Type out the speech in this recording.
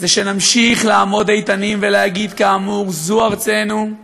זה שנמשיך לעמוד איתנים ולהגיד, כאמור: זו ארצנו,